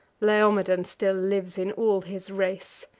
laomedon still lives in all his race!